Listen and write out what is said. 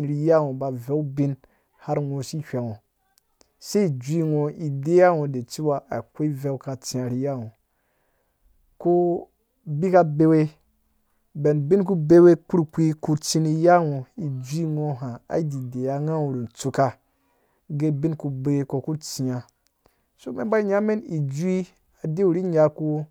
ri yangho ba aveu ubin har ngho si ghweengho sai ijui ngho ideyawa ngho a cewa akwai uveu ka tsiya ri yangho, ko bika bewe ben binku bewe ku. kai tsi ri yangho ijui ngho ha ai deyiwa ngho ru tsuuka gee binku bewe npoku tsiya so men ba nyamen ijui i wuru nyaku